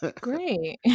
Great